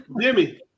Jimmy